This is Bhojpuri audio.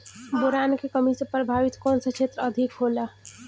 बोरान के कमी से प्रभावित कौन सा क्षेत्र अधिक होला?